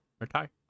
Retire